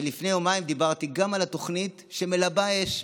ולפני יומיים דיברתי גם על התוכנית שמלבה אש,